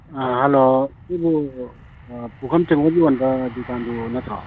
ꯑꯥ hello ꯁꯤꯕꯨ ꯄꯨꯈꯝ ꯇꯦꯡꯒꯣꯠ ꯌꯣꯟꯕ ꯗꯨꯀꯥꯟꯗꯨ ꯅꯠꯇ꯭ꯔꯣ